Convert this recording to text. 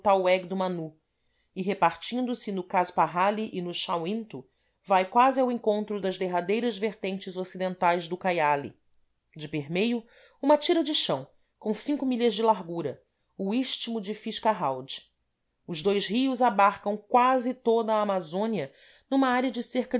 do manu e repartindo-se no caspajali e no shauinto vai quase ao encontro das derradeiras vertentes ocidentais do ucaiali de permeio uma tira de chão com milhas de largura o istmo de fitz gerald os dois rios abarcam quase toda a amazônia numa área de cerca